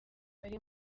bari